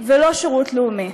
ולא שירות לאומי.